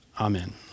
Amen